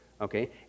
okay